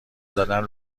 زدن